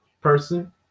person